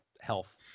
health